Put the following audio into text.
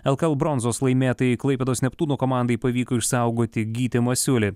lkl bronzos laimėtojai klaipėdos neptūno komandai pavyko išsaugoti gytį masiulį